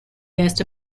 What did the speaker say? guest